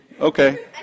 okay